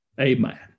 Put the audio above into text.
Amen